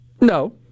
No